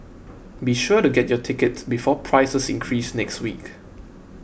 be sure to get your tickets before prices increase next week